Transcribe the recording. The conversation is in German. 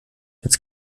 jetzt